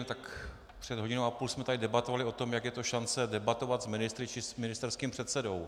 No tak před hodinou a půl jsme tady debatovali o tom, jak je to šance debatovat s ministry či s ministerským předsedou.